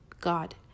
God